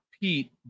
Pete